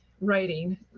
writing